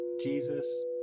Jesus